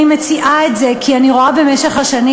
אני מציעה את זה כי אני רואה במשך השנים,